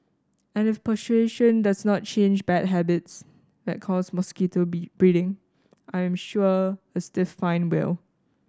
and if persuasion does not change bad habits that cause mosquito be breeding I am sure a stiff fine will